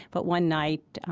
but one night,